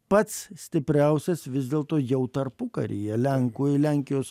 pats stipriausias vis dėlto jau tarpukaryje lenkų lenkijos